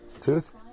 Tooth